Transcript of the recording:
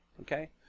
okay